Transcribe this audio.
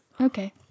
Okay